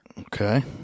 Okay